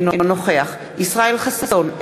אינו נוכח ישראל חסון,